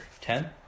Ten